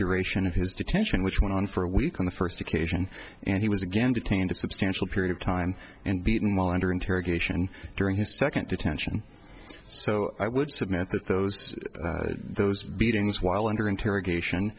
duration of his detention which went on for a week on the first occasion and he was again detained a substantial period of time and beaten while under interrogation and during his second detention so i would submit that those those beatings while under interrogation